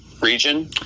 region